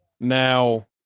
Now